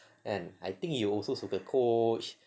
kan and I think you also suka Coach